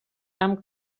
amb